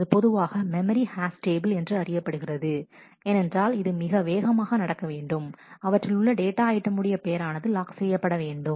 அது பொதுவாக memory hash table என்று அறியப்படுகிறது ஏனென்றால் அது மிக வேகமாக நடக்க வேண்டும் அவற்றில் உள்ள டேட்டா ஐட்டமுடைய பெயரானது லாக் செய்யப்படவேண்டும்